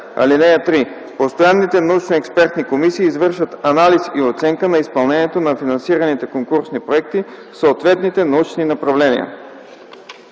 съвет. (3) Постоянните научно-експертни комисии извършват анализ и оценка на изпълнението на финансираните конкурсни проекти в съответните научни направления.”